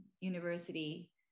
University